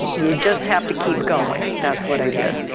yeah just have to keep going, that's what i did.